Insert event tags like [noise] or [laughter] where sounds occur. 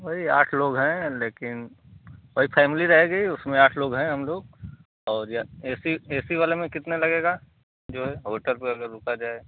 वही आठ लोग हें लेकिन वही फॅमिली रहेगी उसमें आठ लोग हें हम लोग और या ऐसी ऐसी वाले में कितना लगेगा जो हे होटल [unintelligible] रुका जाए